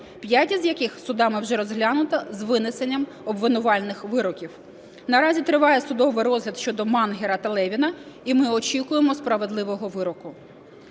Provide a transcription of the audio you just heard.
5 із яких судами вже розглянуто з винесенням обвинувальних вироків. Наразі триває судовий розгляд щодо Мангера та Левіна, і ми очікуємо справедливого вироку.